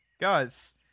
Guys